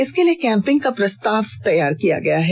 इसके लिए कैंपिंग का प्रस्ताव किया गया है